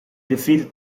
defeated